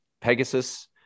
Pegasus